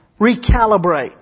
recalibrate